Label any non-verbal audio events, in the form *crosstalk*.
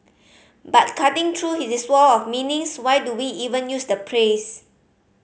but cutting through *unintelligible* this wall of meanings why do we even use the praise